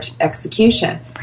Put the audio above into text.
execution